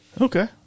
Okay